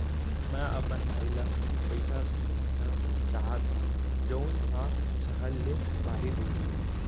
मै अपन भाई ला पइसा भेजना चाहत हव जऊन हा सहर ले बाहिर रहीथे